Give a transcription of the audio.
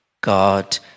God